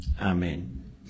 Amen